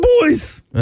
boys